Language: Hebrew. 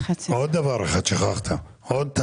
שכחת עוד דבר,